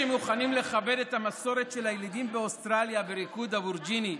שמוכנים לכבד את המסורת של הילידים באוסטרליה בריקוד אבוריג'יני,